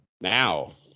Now